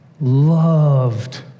loved